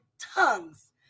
tongues